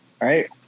right